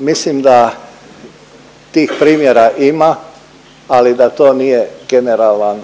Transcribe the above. Mislim da tih primjera ima, ali da to nije generalan